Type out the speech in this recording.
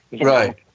right